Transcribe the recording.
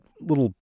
little